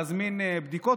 להזמין בדיקות?